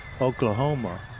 Oklahoma